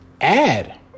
add